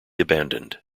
abandoned